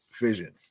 vision